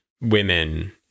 women